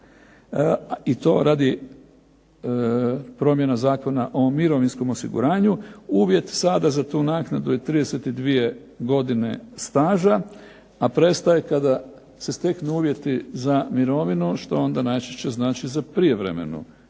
i to radi promjena Zakona o mirovinskom osiguranju. Uvjet sada za tu naknadu je 32 godine staža, a prestaje kada se steknu uvjeti za mirovinu, što onda najčešće znači za prijevremenu